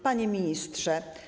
Panie Ministrze!